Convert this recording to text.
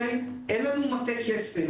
אין לנו מטה כסף.